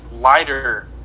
lighter